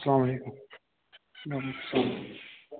اَسلامُ عَلیکُم